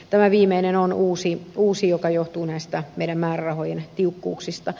tämä viimeinen on uusi joka johtuu näistä meidän määrärahojemme tiukkuuksista